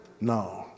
no